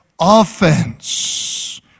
Offense